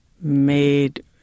made